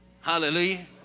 Hallelujah